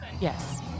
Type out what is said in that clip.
Yes